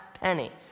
penny